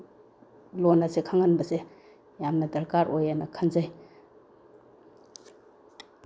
ꯂꯣꯜ ꯑꯁꯦ ꯈꯪꯍꯟꯕꯁꯦ ꯌꯥꯝꯅ ꯗꯔꯀꯥꯔ ꯑꯣꯏ ꯍꯥꯏꯅ ꯈꯟꯖꯩ